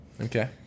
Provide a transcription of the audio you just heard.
Okay